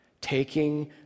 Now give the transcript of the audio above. taking